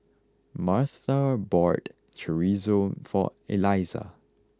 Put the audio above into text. Martha bought Chorizo for Elisa